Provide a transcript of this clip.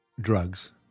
drugs